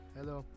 Hello